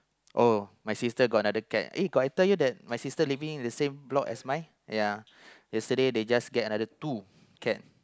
oh my sister got another cat eh I got tell you that my sister living the same block as mine ya yesterday they just got another two cat